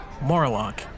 Morlock